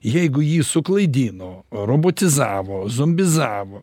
jeigu jį suklaidino robotizavo zombizavo